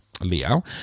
Leo